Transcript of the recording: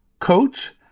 coach